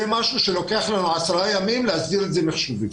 זה משהו שלוקח לנו 10 ימים להסדיר את זה מחשובית.